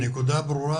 הנקודה ברורה.